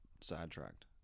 sidetracked